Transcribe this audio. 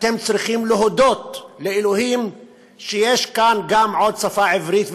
אתם צריכים להודות לאלוהים על כך שיש כאן גם עוד שפה ערבית,